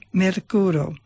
mercuro